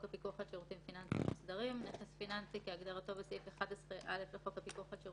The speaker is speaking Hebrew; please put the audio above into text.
שירות שבמהלך תקופה של חצי שנה ביצע פעולות אצל אותו מפעיל,